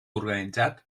organitzat